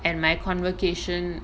and my convocation